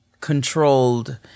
controlled